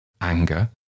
anger